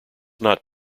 not